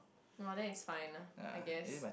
no that is fine lah I guess